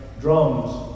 drums